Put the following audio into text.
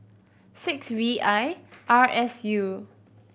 six V I R S U